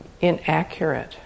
inaccurate